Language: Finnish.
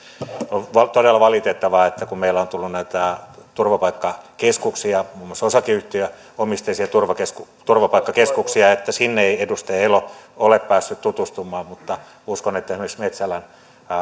on todella valitettavaa että kun meille on tullut näitä turvapaikkakeskuksia muun muassa osakeyhtiöomisteisia turvapaikkakeskuksia niin sinne ei edustaja elo ole päässyt tutustumaan mutta uskon että esimerkiksi metsälän